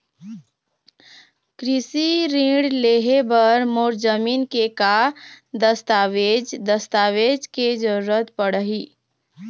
कृषि ऋण लेहे बर मोर जमीन के का दस्तावेज दस्तावेज के जरूरत पड़ही?